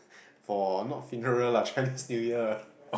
for not funeral lah Chinese-New-Year